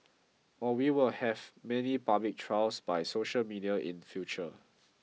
or we will have many public trials by social media in future